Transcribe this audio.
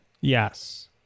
yes